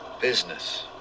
Business